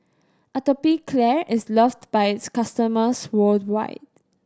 Atopiclair is loved by its customers worldwide